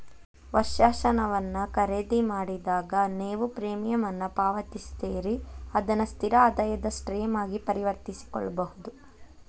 ವರ್ಷಾಶನವನ್ನ ಖರೇದಿಮಾಡಿದಾಗ, ನೇವು ಪ್ರೇಮಿಯಂ ಅನ್ನ ಪಾವತಿಸ್ತೇರಿ ಅದನ್ನ ಸ್ಥಿರ ಆದಾಯದ ಸ್ಟ್ರೇಮ್ ಆಗಿ ಪರಿವರ್ತಿಸಕೊಳ್ಬಹುದು